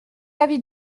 avis